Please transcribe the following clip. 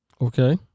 okay